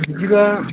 बिदिबा